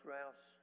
Rouse